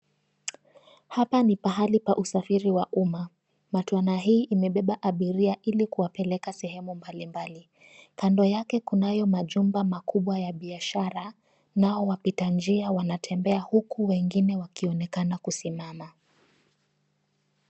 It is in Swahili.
Hapa ni pahali pa usafiri wa umma. Matwana hii imebeba abiria ili kuwapeleka sehemu mbalimbali. Kando yake kunayo majumba makubwa ya biashara na wapita njia wanatembea huku wengine wakionekana kusimama.